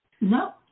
No